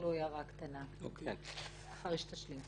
תן לי לומר הערה קטנה אחרי שתשלים.